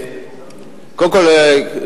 קודם כול,